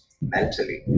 mentally